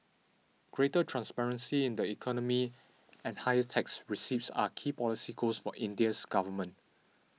greater transparency in the economy and higher tax receipts are key policy goals for India's government